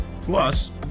Plus